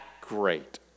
great